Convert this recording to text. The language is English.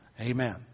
Amen